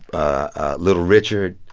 ah little richard,